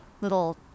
little